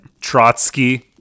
Trotsky